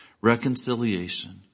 reconciliation